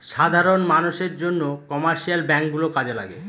সাধারন মানষের জন্য কমার্শিয়াল ব্যাঙ্ক গুলো কাজে লাগে